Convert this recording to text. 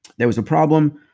there was a problem.